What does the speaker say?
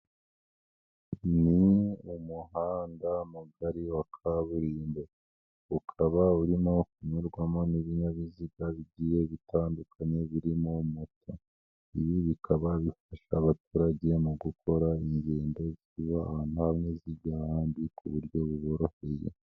Ni umuhanda mugari wa kaburimbo ukaba urimo kunyurwamo n'ibinyabiziga bigiye gutandukanye birimo moto, ibi bikaba bifasha abaturage mu gukora ingendo ziva ahantu hamwe zijya ahandi ku buryo buboroheye.